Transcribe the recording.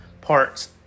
parts